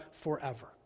forever